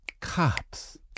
Cops